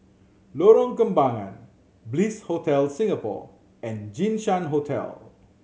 Lorong Kembangan Bliss Hotel Singapore and Jinshan Hotel